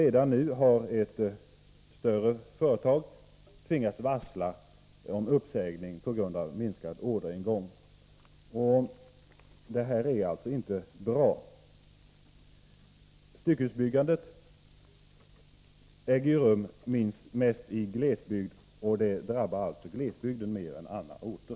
Redan nu har ett större företag tvingats varsla om uppsägning på grund av minskad orderingång. Detta är inte bra. Styckehusbyggandet äger ju rum mest i glesbygd, och glesbygden drabbas alltså mer än andra platser.